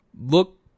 Look